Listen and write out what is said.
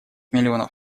миллионов